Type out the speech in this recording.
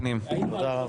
הקליטה והתפוצות): רגע,